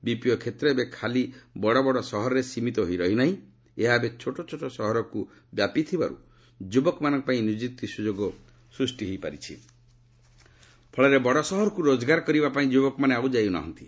BPO କ୍ଷେତ୍ ଏବେ ଖାଲି ବଡ଼ବଡ଼ ସହରରେ ସୀମିତ ହୋଇ ରହିନାହିଁ ଏହା ଏବେ ଛୋଟଛୋଟ ସହରଗୁଡ଼ିକୁ ବ୍ୟାପିଥିବାରୁ ଯୁବକମାନଙ୍କ ପାଇଁ ନିଯୁକ୍ତି ସୁଯୋଗ ସୃଷ୍ଟି ହୋଇପାରିଛି ଫଳରେ ବଡ଼ ସହରକୁ ରୋଜଗାର କରିବା ପାଇଁ ଯୁବକମାନେ ଆଉ ଯାଉ ନାହାନ୍ତି